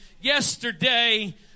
yesterday